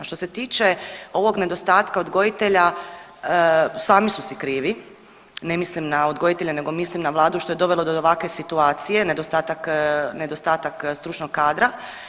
Što se tiče ovog nedostatka odgojitelja sami su si krivi, ne mislim na odgojitelje, nego mislim na Vladu što je dovela do ovakve situacije nedostatak stručnog kadra.